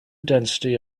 density